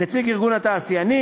נציג ארגון התעשיינים,